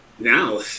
Now